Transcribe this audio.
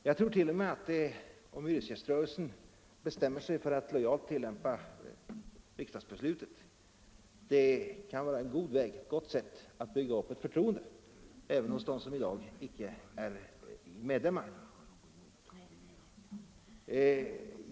Jag tror 1. o. m. att om hyresgäströrelsen bestämmer sig för att lojalt tillämpa riksdagsbeslutet, kan det vara ett gott sätt att bygga upp ett förtroende även hos dem som i dag icke är medlemmar i rörelsen.